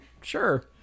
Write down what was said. Sure